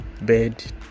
bed